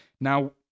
Now